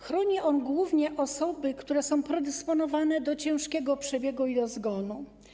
Chroni on głównie osoby, które są predysponowane do ciężkiego przebiegu i do zgonu.